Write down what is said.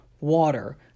water